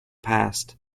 past